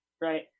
right